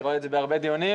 אני רואה את זה בהרבה דיונים,